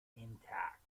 intact